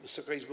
Wysoka Izbo!